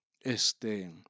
este